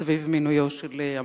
הפרשה סביב מינויו של המפכ"ל,